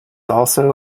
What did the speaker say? also